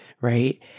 right